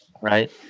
right